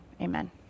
amen